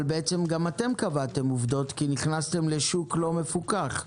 אבל בעצם גם אתם קבעתם עובדות כי נכנסתם לשוק לא מפוקח.